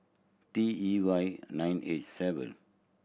T E Y nine H seven